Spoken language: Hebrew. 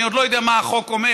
אני עוד לא יודע מה החוק אומר,